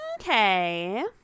Okay